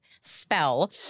spell